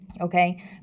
okay